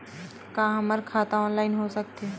का हमर खाता ऑनलाइन हो सकथे?